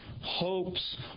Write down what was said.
hopes